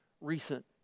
recent